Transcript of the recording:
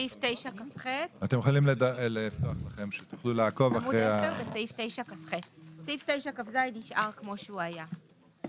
סעיף 9כח. סעיף 9כז נשאר כמו שהוא היה.